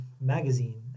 magazine